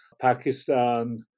Pakistan